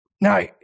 Now